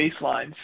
baselines